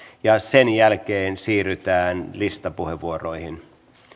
ja sen jälkeen siirrytään listapuheenvuoroihin